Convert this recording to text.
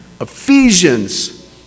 Ephesians